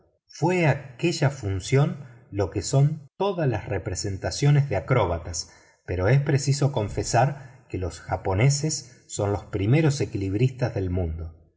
fue aquella función lo que son todas las representaciones de acróbatas pero es preciso confesar que los japoneses son los primeros equilibristas del mundo